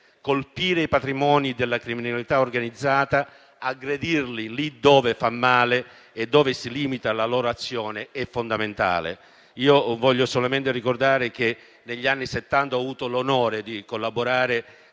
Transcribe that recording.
Colpire i patrimoni della criminalità organizzata, aggredirli lì dove fa male e dove si limita la loro azione è fondamentale. Io voglio solamente ricordare che negli anni Settanta ho avuto l'onore di collaborare